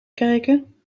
kijken